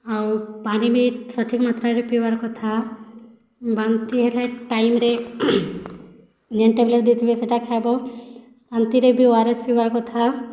ଆଉ ପାଣି ବି ସଠିକ୍ ମାତ୍ରାରେ ପିଇବାର କଥା ବାନ୍ତି ହେଲେ ଟାଇମ୍ରେ ଯେନ୍ ଟ୍ୟାବ୍ଲେଟ୍ ଦେଇଥିବେ ସେଟା ଖାଇବ ବାନ୍ତିରେ ବି ଓ ଆର୍ ଏସ୍ ପିଇବାର କଥା